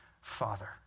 father